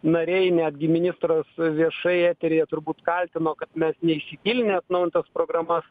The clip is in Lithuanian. nariai netgi ministras viešai eteryje turbūt kaltino kad mes neįsigilinę atnaujintas programas